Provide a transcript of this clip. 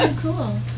cool